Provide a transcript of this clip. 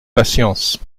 patience